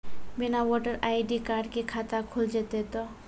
बिना voter ID card के खाता खुल जैते तो?